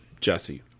Jesse